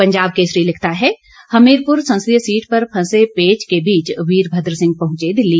पंजाब केसरी लिखता है हमीरपुर संसदीय सीट पर फंसे पेंच के बीच वीरभद्र सिंह पहुंचे दिल्ली